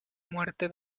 muerte